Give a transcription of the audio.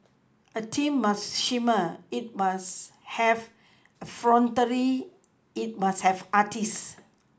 a team must shimmer it must have effrontery it must have artists